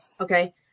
Okay